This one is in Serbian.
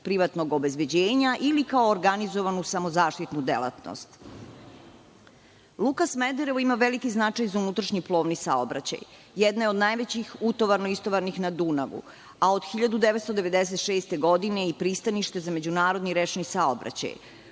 privatnog obezbeđenja ili kao organizovanu samozaštitnu delatnost. Luka Smederevo ima veliki značaj za unutrašnji plovni saobraćaj, jedna je od najvećih utovarno-istovarnih na Dunavu, a od 1996. godine i pristanište za međunarodni rečni saobraćaj.